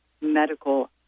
medical